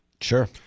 Sure